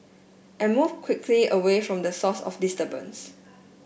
and move quickly away from the source of disturbance